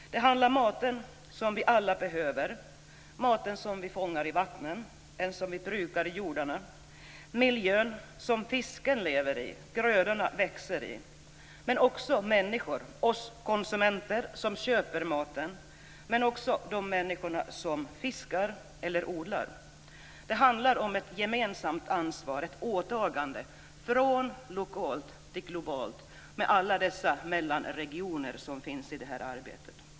Det handlar om maten som vi alla behöver, maten som vi fångar i vattnen eller brukar i jordarna. Det handlar om miljön som fisken lever i och grödorna växer i. Det handlar också om människor, vi konsumenter som köper maten men också de människor som fiskar eller odlar. Det handlar om ett gemensamt ansvar, ett åtagande från lokalt till globalt, med alla de mellanregioner som finns i det här arbetet.